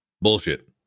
Bullshit